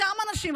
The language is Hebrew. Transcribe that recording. אותם אנשים.